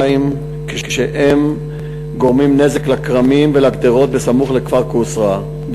פלסטינים כשהם גורמים נזק לכרמים ולגדרות סמוך לכפר קוצרא,